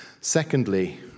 Secondly